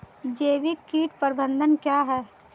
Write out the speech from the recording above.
जैविक कीट प्रबंधन क्या है?